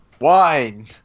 Wine